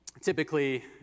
typically